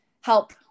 help